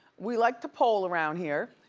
we like to poll around here.